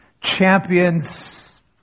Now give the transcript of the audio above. champions